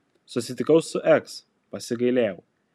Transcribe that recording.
susitikau su eks pasigailėjau